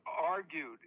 argued